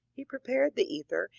he prepared the ether,